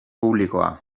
publikoa